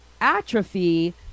atrophy